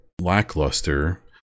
lackluster